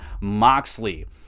Moxley